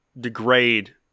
degrade